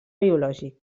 biològic